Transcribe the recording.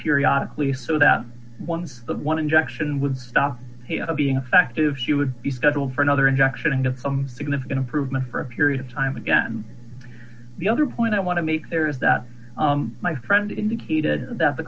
periodically so that one's one injection would stop being effective he would be scheduled for another injection and a significant improvement for a period of time again the other point i want to make there is that my friend indicated that the